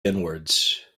inwards